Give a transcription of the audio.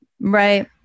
Right